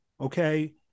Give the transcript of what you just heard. Okay